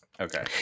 Okay